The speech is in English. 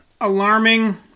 alarming